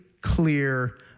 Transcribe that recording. clear